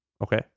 okay